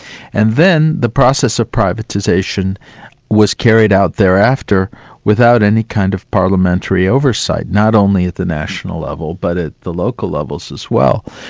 and then the process of privatisation was carried out thereafter without any kind of parliamentary oversight, not only at the national level but at the local levels as well,